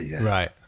Right